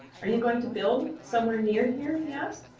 are you going to build somewhere near here? he asked.